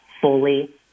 fully